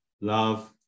love